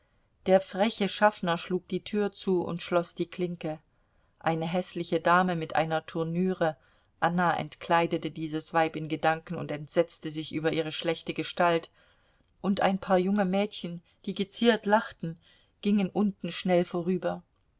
der freche schaffner schlug die tür zu und schloß die klinke eine häßliche dame mit einer turnüre anna entkleidete dieses weib in gedanken und entsetzte sich über ihre schlechte gestalt und ein paar junge mädchen die geziert lachten gingen unten schnell vorüber